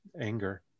anger